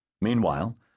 Meanwhile